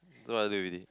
don't want to do already